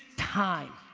time.